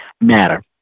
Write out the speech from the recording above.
matter